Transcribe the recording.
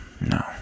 no